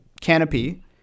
canopy